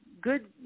good